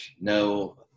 no